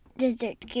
dessert